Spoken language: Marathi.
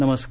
नमस्कार